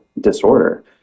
disorder